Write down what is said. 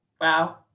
Wow